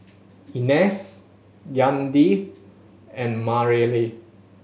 Inez Yadiel and Marely